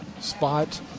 spot